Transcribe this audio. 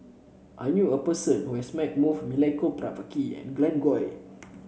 I knew a person who has met both Milenko Prvacki and Glen Goei